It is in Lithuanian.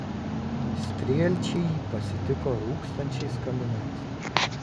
strielčiai jį pasitiko rūkstančiais kaminais